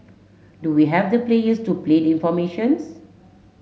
do we have the players to play the formations